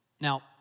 Now